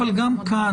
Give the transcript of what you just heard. גם כאן,